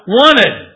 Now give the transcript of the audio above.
wanted